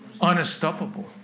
unstoppable